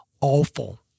awful